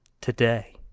Today